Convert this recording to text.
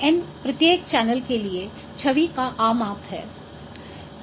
N प्रत्येक channel के लिए छवि का आमाप है